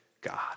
God